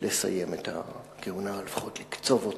לסיים את הכהונה, לפחות לקצוב אותה.